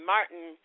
Martin